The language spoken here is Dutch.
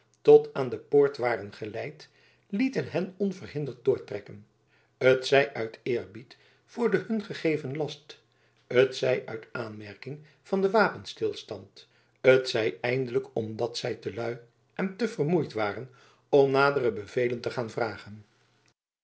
tot aan de poort waren geleid lieten hen onverhinderd doortrekken t zij uit eerbied voor den hun gegeven last t zij uit aanmerking van den wapenstilstand t zij eindelijk omdat zij te lui en te vermoeid waren om nadere bevelen te gaan vragen